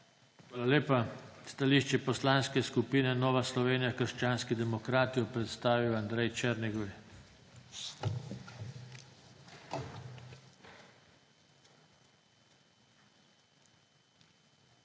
Hvala lepa. Stališče Poslanske skupine Nova Slovenija - krščanski demokrati bo prestavil Andrej Černigoj. **ANDREJ